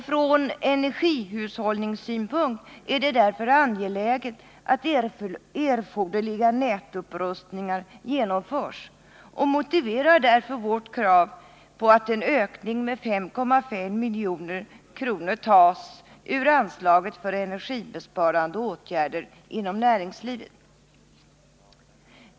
Från energihushållningssynpunkt är det därför angeläget att erforderliga nätupprustningar genomförs, och det motiverar vårt krav på att en ökning med 5,5 milj.kr. tas ur anslaget för energibesparande åtgärder inom näringslivet.